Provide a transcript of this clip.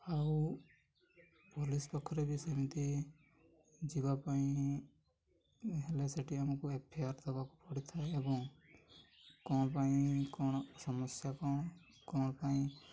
ଆଉ ପୋଲିସ୍ ପାଖରେ ବି ସେମିତି ଯିବା ପାଇଁ ହେଲେ ସେଇଠି ଆମକୁ ଏଫ୍ ଆଇ ଆର୍ ଦେବାକୁ ପଡ଼ିଥାଏ ଏବଂ କ'ଣ ପାଇଁ କ'ଣ ସମସ୍ୟା କ'ଣ କ'ଣ ପାଇଁ